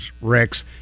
Rex